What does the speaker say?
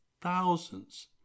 thousands